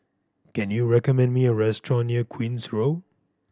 can you recommend me a restaurant near Queen's Road